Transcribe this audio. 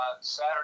saturday